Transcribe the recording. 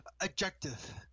Objective